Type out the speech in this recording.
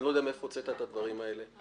אני לא יודע מאיפה הוצאת את הדברים האלה.